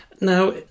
Now